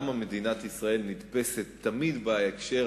למה מדינת ישראל נתפסת תמיד בהקשר